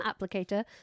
applicator